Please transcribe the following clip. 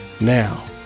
Now